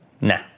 Nah